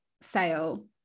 sale